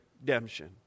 redemption